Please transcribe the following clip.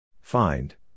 Find